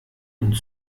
und